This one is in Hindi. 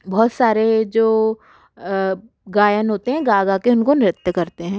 बहुत सारे जो गायन होते हैं गा गा के उनको नृत्य करते हैं